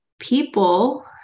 people